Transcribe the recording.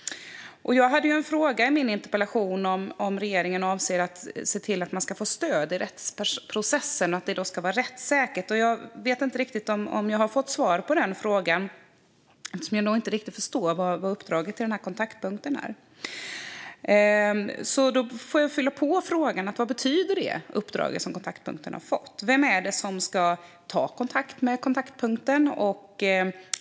Jag frågade i min interpellation om regeringen avser att se till att man får stöd i rättsprocessen och att den är rättssäker. Jag vet inte om jag har fått svar på den frågan eftersom jag inte riktigt förstår vad uppdraget till kontaktpunkten är. Därför fyller jag på med frågan vad det uppdraget innebär. Vem är det som ska ta kontakt med kontaktpunkten?